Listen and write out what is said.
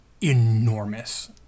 enormous